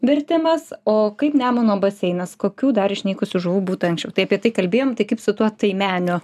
vertimas o kaip nemuno baseinas kokių dar išnykusių žuvų būta anksčiau tai apie tai kalbėjom tai kaip su tuo taimeniu